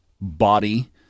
body